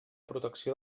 protecció